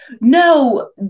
No